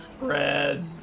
red